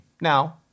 now